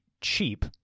cheap